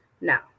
Now